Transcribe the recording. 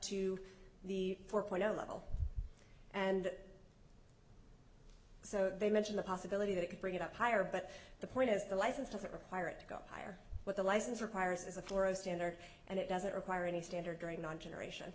to the four point zero level and so they mention the possibility that it could bring it up higher but the point is the license doesn't require it to go higher what the license requires is a thorough standard and it doesn't require any standard going on generation